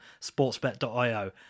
sportsbet.io